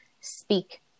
speak